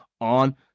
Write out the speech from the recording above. on